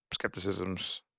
skepticisms